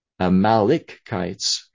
Amalikites